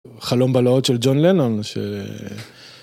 חלום בלהות של ג'ון לנון.